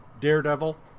Daredevil